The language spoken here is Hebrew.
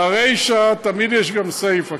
לרישה תמיד יש גם סיפה.